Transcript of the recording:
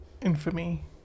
infamy